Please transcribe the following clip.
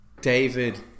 David